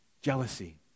jealousy